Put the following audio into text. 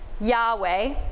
Yahweh